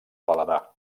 paladar